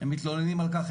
הם מתלוננים על כך.